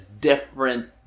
different